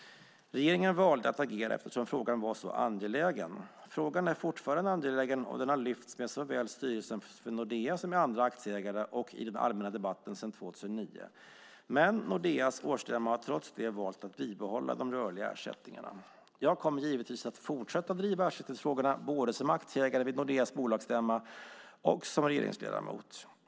Regeringen valde att agera eftersom frågan var så angelägen. Frågan är fortfarande angelägen, och den har lyfts fram med såväl styrelsen för Nordea som med andra aktieägare och i den allmänna debatten sedan 2009, men Nordeas årsstämma har trots det valt att behålla de rörliga ersättningarna. Jag kommer givetvis att fortsätta driva ersättningsfrågorna både som aktieägare vid Nordeas bolagsstämma och som regeringsledamot.